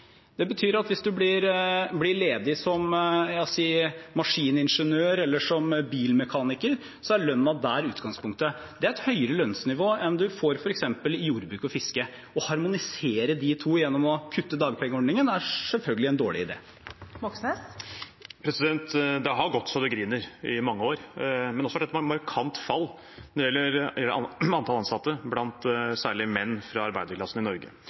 Det betyr at hvis man blir ledig som maskiningeniør eller som bilmekaniker, er lønnen der utgangspunktet. Det er et høyere lønnsnivå enn man får f.eks. i jordbruk og fiske. Å harmonisere de to gjennom å kutte dagpengeordningen er selvfølgelig en dårlig idé. Bjørnar Moxnes – til oppfølgingsspørsmål. Det har gått så det griner i mange år, men det har også vært et markant fall når det gjelder antall ansatte blant særlig menn fra arbeiderklassen i Norge